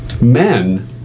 Men